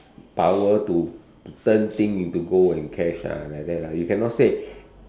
power to turn thing into gold and cash ah like that lah you cannot say